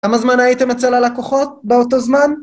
כמה זמן הייתם אצל הלקוחות באותו זמן?